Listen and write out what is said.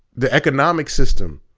the economic system.